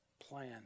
plan